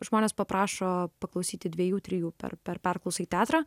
žmonės paprašo paklausyti dviejų trijų per per perklausą į teatrą